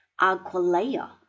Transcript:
Aquileia